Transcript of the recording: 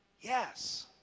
Yes